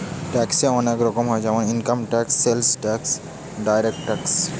ট্যাক্সে অনেক রকম হয় যেমন income tax, sales tax, direct tax